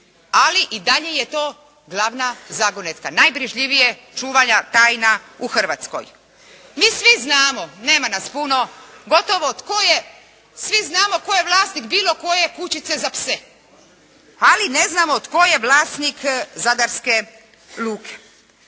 ali i dalje je to glavna zagonetka. Najbrižljivije čuvana tajna u Hrvatskoj. MI svi znamo, nema nas puno gotovo tko je, svi znamo tko je vlasnik bilo koje kućice za pse ali ne znamo tko je vlasnik Zadarske luke.